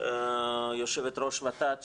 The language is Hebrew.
יושבת ראש ות"ת,